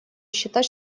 считать